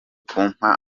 kumpa